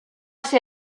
ser